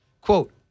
Quote